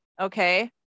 okay